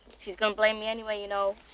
she's gonna blame me anyway, you know.